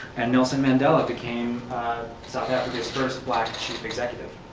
and nelson mandela became south africa's first black chief executive.